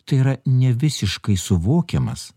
tai yra nevisiškai suvokiamas